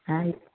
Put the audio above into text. ಆಯ್ತು